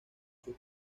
sus